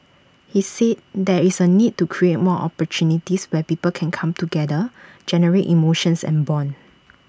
he said there is A need to create more opportunities where people can come together generate emotions and Bond